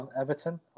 Everton